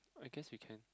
I guess we can